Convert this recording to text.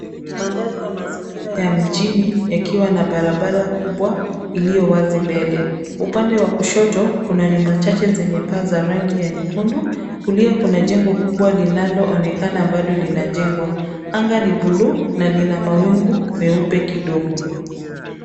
Mandhari ya mazingira ya mjini yakiwa na barabara kubwa iliyo wazi mbele. Upande wa kushoto kuna nyumba chache zenye paa za rangi ya nyekundu. Kulia kuna jengo kubwa linaloonekana bado linajengwa. Anga ni buluu na lina mawingu meupe kidogo.